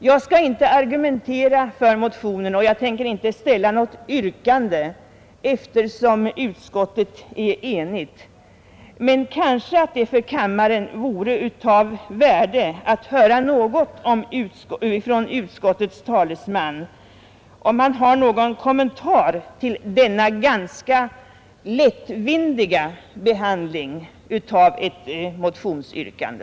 Jag skall inte argumentera för motionen och tänker heller inte ställa något yrkande, eftersom utskottet är enigt, men kanske det för kammaren vore av värde att få höra om utskottets talesman har någon kommentar att göra till denna ganska lättvindiga behandling av ett motionsyrkande.